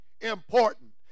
important